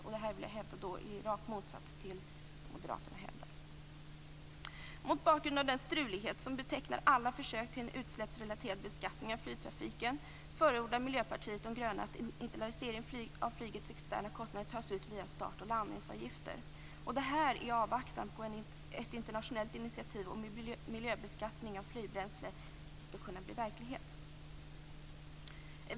Detta vill jag hävda i rak motsats till vad moderaterna hävdar. Mot bakgrund av den strulighet som betecknar alla försök till en utsläppsrelaterad beskattning av flygtrafiken förordar Miljöpartiet de gröna att en internalisering av flygets externa kostnader tas ut via start och landningsavgifter, detta i avvaktan på att ett internationellt initiativ om miljöbeskattning av flygbränsle skall kunna bli verklighet.